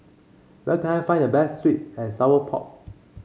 where can I find the best sweet and Sour Pork